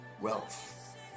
Wealth